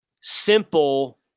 simple